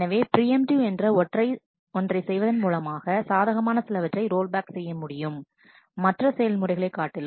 எனவே பிரியம்டிவ் என்ற ஒன்றை செய்வதன் மூலமாக சாதகமான சிலவற்றை ரோல் பேக் செய்ய முடியும் மற்ற செயல்முறைகளை காட்டிலும்